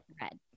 Red